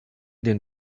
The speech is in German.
den